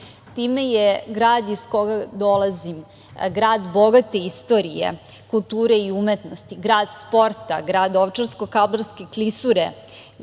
Time je grad iz koga dolazim, grad bogate istorije, kulture i umetnosti, grad sporta, grad Ovčarsko-kablarske klisure,